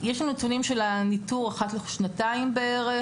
יש לנו נתונים של הניטור אחת לשנתיים בערך,